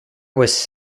was